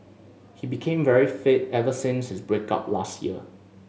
he became very fit ever since his break up last year